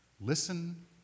Listen